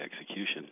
execution